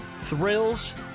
Thrills